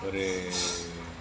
ஒரு